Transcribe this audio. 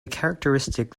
characteristic